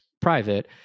private